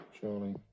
surely